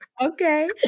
Okay